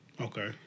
Okay